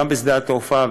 גם בשדה התעופה,